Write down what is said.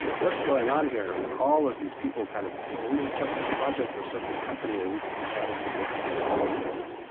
what's going on here? all of these people kind of saying, we're going to start this project or start this company. or we've decided to work on this problem together.